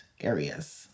areas